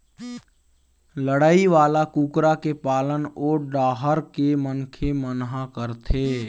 लड़ई वाला कुकरा के पालन ओ डाहर के मनखे मन ह करथे